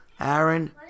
Aaron